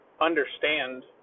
understand